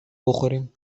بخوریم